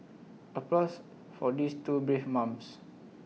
applause for these two brave mums